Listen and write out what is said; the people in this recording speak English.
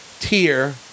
tier